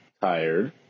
Tired